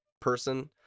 person